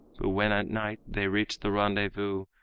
but when at night they reached the rendezvous,